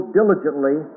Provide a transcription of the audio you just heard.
diligently